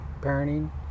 parenting